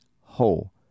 whole